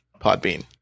Podbean